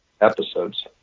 episodes